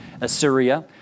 Assyria